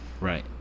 Right